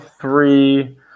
three